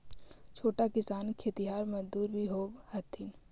छोटा किसान खेतिहर मजदूर भी होवऽ हथिन